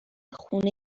خونه